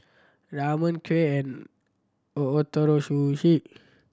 Ramen Kheer and Ootoro Sushi